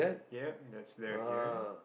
ya that's there here